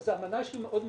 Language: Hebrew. זו אמנה שהיא מאוד ייחודית,